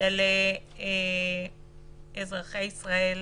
של אזרחי ישראל